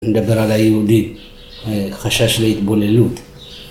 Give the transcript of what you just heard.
אני מדבר על היהודי, חשש להתבוללות.